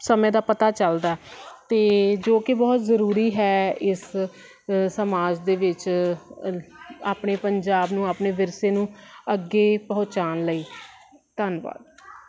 ਸਮੇਂ ਦਾ ਪਤਾ ਚੱਲਦਾ ਅਤੇ ਜੋ ਕਿ ਬਹੁਤ ਜ਼ਰੂਰੀ ਹੈ ਇਸ ਸਮਾਜ ਦੇ ਵਿੱਚ ਆਪਣੇ ਪੰਜਾਬ ਨੂੰ ਆਪਣੇ ਵਿਰਸੇ ਨੂੰ ਅੱਗੇ ਪਹੁੰਚਾਣ ਲਈ ਧੰਨਵਾਦ